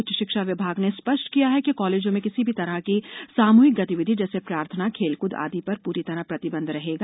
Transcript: उच्च शिक्षा विभाग ने स्पष्ट किया है कि कॉलेजों में किसी भी तरह की सामूहिक गतिविधि जैसे प्रार्थना खेलकूद आदि पर पूरी तरह प्रतिबंध रहेगा